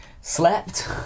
slept